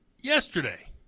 yesterday